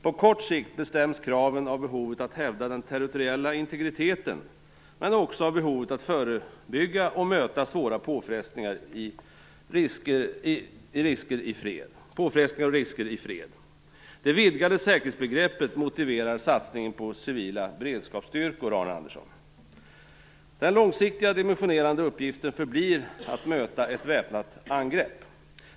På kort sikt bestäms kraven av behovet att hävda den territoriella integriteten, men också av behovet att förebygga och möta svåra påfrestningar och risker i fred. Det vidgade säkerhetsbegreppet motiverar satsningen på civila beredskapsstyrkor, Arne Andersson. Den långsiktigt dimensionerande uppgiften förblir att möta ett väpnat angrepp.